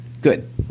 Good